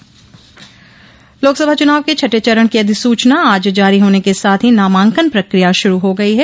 लोकसभा चुनाव के छठे चरण की अधिसूचना आज जारी होने के साथ ही नामांकन प्रक्रिया शुरू हो गई है